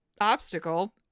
obstacle